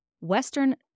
Western